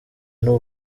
n’u